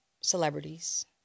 celebrities